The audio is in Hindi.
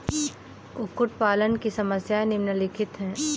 कुक्कुट पालन की समस्याएँ निम्नलिखित हैं